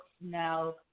now